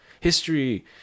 history